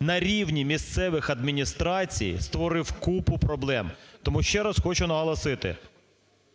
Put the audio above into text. на рівні місцевих адміністрацій створив купу проблем. Тому ще раз хочу наголосити